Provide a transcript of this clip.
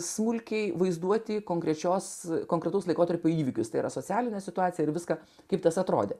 smulkiai vaizduoti konkrečios konkretaus laikotarpio įvykius tai yra socialinę situaciją ir viską kaip tas atrodė